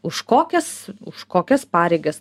už kokias už kokias pareigas